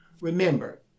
Remember